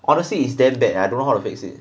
honestly it's damn bad I don't know how to fix it